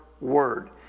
word